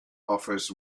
offers